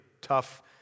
tough